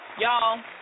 Y'all